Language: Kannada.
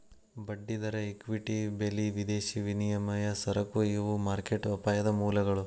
ಬಡ್ಡಿದರ ಇಕ್ವಿಟಿ ಬೆಲಿ ವಿದೇಶಿ ವಿನಿಮಯ ಸರಕು ಇವು ಮಾರ್ಕೆಟ್ ಅಪಾಯದ ಮೂಲಗಳ